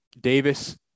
Davis